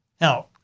Now